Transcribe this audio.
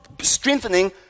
strengthening